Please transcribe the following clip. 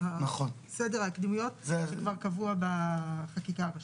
סדר הקדימויות זה כבר קבוע בחקיקה ראשית.